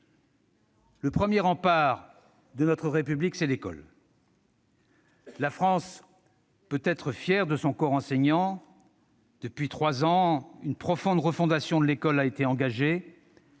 Le premier rempart de notre République, c'est l'école. La France peut être fière de son corps enseignant. Depuis trois ans, une profonde refondation de l'école a été engagée.